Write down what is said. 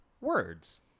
Words